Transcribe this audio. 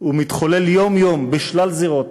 הוא מתחולל יום-יום בשלל זירות,